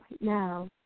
now